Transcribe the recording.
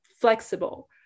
flexible